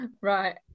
Right